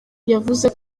yavuze